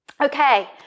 Okay